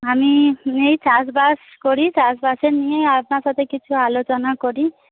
আমি এই চাষবাস করি চাষবাসের নিয়েই আপনার সাথে কিছু আলোচনা করি